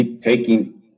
taking